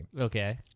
Okay